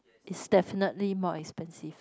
is definitely more expensive